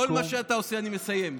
כל מה שאתה עושה, אני מסיים.